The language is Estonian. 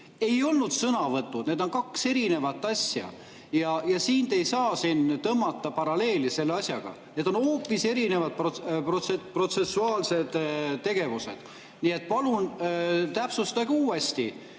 ei olnud sõnavõtud. Need on kaks erinevat asja ja siin te ei saa tõmmata paralleeli sellega, need on hoopis erinevad protsessuaalsed tegevused. Nii et palun täpsustage uuesti.